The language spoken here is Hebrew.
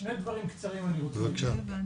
שני דברים קצרים אני רוצה לומר.